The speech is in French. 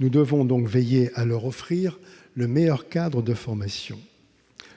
Nous devons donc veiller à offrir à ces étudiants le meilleur cadre de formation ;